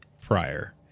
prior